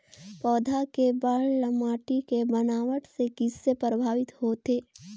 पौधा के बाढ़ ल माटी के बनावट से किसे प्रभावित होथे?